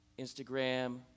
Instagram